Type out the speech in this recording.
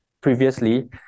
previously